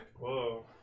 Whoa